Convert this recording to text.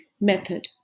method